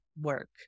work